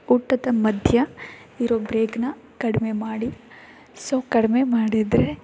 ಊಟದ ಮಧ್ಯ ಇರೋ ಬ್ರೇಕನ್ನ ಕಡಿಮೆ ಮಾಡಿ ಸೊ ಕಡಿಮೆ ಮಾಡಿದರೆ